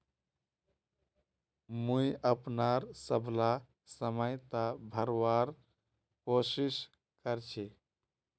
मुई अपनार सबला समय त भरवार कोशिश कर छि